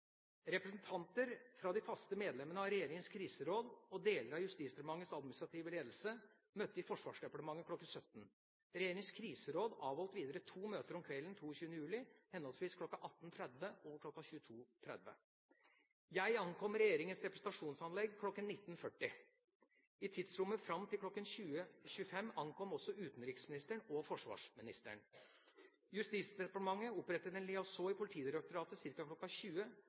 Representanter fra de faste medlemmene av Regjeringens kriseråd og deler av Justisdepartementets administrative ledelse møtte i Forsvarsdepartementet kl. 17.00. Regjeringens kriseråd avholdt videre to møter om kvelden 22. juli, henholdsvis kl. 18.30 og kl. 22.30. Jeg ankom regjeringas representasjonsanlegg kl. 19.40. I tidsrommet fram til kl. 20.25 ankom også utenriksministeren og forsvarsministeren. Justisdepartementet opprettet en liaison i Politidirektoratet ca. kl. 20